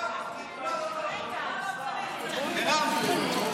ביטול גביית תשלומי הורים והשתתפות